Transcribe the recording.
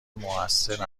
موثر